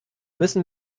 müssen